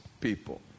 people